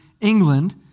England